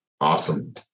Awesome